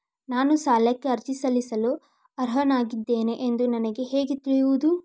ನಾನು ಸಾಲಕ್ಕೆ ಅರ್ಜಿ ಸಲ್ಲಿಸಲು ಅರ್ಹನಾಗಿದ್ದೇನೆ ಎಂದು ನನಗೆ ಹೇಗೆ ತಿಳಿಯುವುದು?